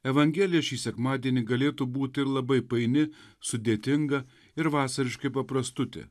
evangelija šį sekmadienį galėtų būti ir labai paini sudėtinga ir vasariškai paprastutė